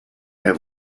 have